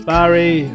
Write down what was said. Barry